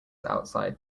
outside